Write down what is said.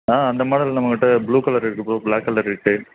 ஆ அந்த மாடல் நம்மக் கிட்ட ப்ளூ கலர் இருக்குது ப்ரோ ப்ளாக் கலர் இருக்குது